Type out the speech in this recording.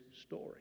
story